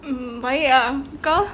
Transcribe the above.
um baik ah kau